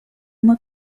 uma